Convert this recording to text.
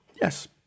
yes